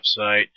website